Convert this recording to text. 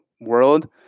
world